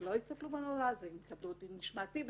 הם יקבלו דין משמעתי,